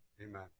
Amen